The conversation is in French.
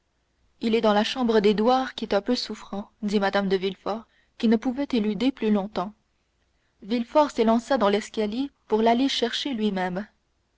il est dans la chambre d'édouard qui est un peu souffrant dit mme de villefort qui ne pouvait éluder plus longtemps villefort s'élança dans l'escalier pour l'aller chercher lui-même